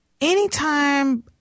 anytime